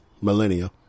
millennia